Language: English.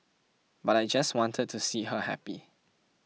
but I just wanted to see her happy